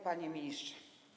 Panie Ministrze!